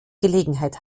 gelegenheit